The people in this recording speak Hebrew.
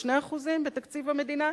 2% בתקציב המדינה.